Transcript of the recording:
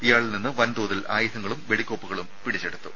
ഇയാളിൽ നിന്ന് വൻതോതിൽ ആയുധങ്ങളും വെടിക്കോപ്പുകളും പിടിച്ചെടുത്തു